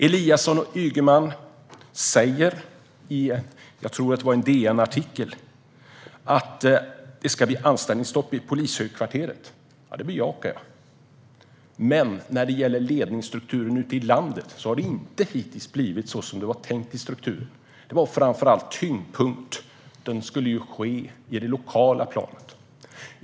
Eliasson och Ygeman säger i en DN-artikel att det ska bli anställningsstopp i polishögkvarteret, vilket jag bejakar. Men ledningsstrukturen ute i landet har hittills inte blivit så som det var tänkt. Tyngdpunkten skulle framför allt ligga på det lokala planet.